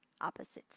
opposites